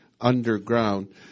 underground